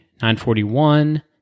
941